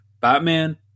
Batman